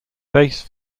face